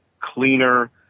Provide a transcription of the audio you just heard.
cleaner